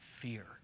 fear